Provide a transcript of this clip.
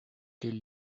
quel